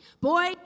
Boy